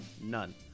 none